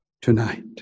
tonight